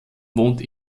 wohnt